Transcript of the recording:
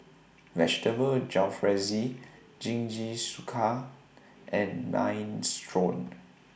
Vegetable Jalfrezi Jingisukan and Minestrone